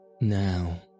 Now